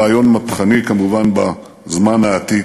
רעיון מהפכני כמובן בזמן העתיק.